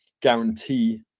guarantee